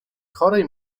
chorej